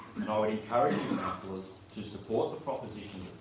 now, i encourage you, councillors, to support the proposition